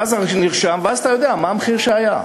ואז זה נרשם, ואז אתה יודע מה המחיר שהיה.